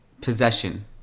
possession